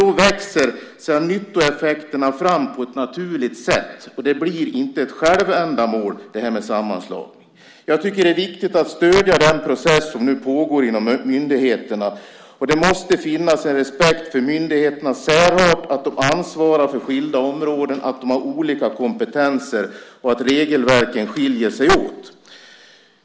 Då växer nyttoeffekterna fram på ett naturligt sätt, och detta med en sammanslagning blir inte ett självändamål. Jag tycker att det är viktigt att stödja den process som nu pågår inom myndigheterna. Det måste finnas en respekt för myndigheternas särart, att de ansvarar för skilda områden, att de har olika kompetenser och att regelverken skiljer sig åt.